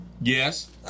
Yes